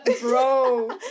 Bro